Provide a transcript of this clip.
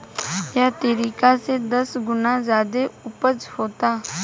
एह तरीका से दस गुना ज्यादे ऊपज होता